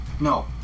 No